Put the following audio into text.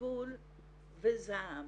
תסכול וזעם.